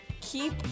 Keep